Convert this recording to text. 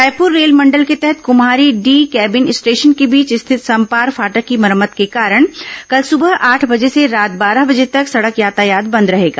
रायपुर रेलमंडल के तहत कुम्हारी डी केबिन स्टेशन के बीच स्थित समपार फाटक की मरम्मत के कारण कल सुबह आठ बजे से रात बारह बजे तक सड़क यातायात बंद रहेगा